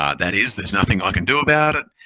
ah that is, there's nothing i can do about it.